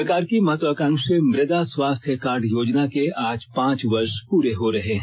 सरकार की महत्वाकांक्षी मृदा स्वास्थ्य कार्ड योजना के आज पांच वर्ष पूरे हो रहे हैं